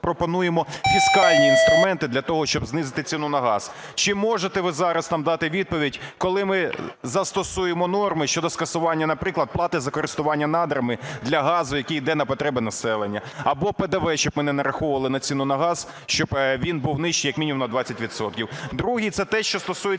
пропонуємо фіскальні інструменти для того, щоб знизити ціну на газ. Чи можете ви зараз нам дати відповідь, коли ми застосуємо норми щодо скасування, наприклад, плати за користування надрами для газу, який іде на потреби населенню? Або ПДВ щоб ми не нараховували на ціну на газ, щоб він був нижчий як мінімум на 20 відсотків. Друге. Це те, що стосується